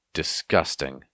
disgusting